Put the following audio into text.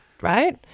Right